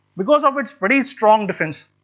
because of its pretty strong defence.